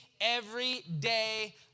everyday